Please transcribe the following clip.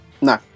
No